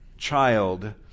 child